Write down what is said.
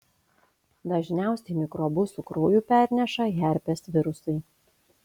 dažniausiai mikrobus su krauju perneša herpes virusai